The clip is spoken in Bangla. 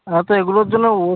হ্যাঁ তো এগুলোর জন্য ও